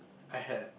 I had